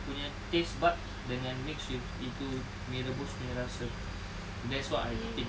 punya taste bud dengan mix with into mee rebus punya rasa that's what I think